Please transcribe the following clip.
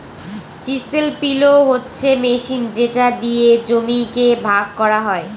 chisel পিলও হচ্ছে machine যেটা দিয়ে জমিকে ভাগ করা হয়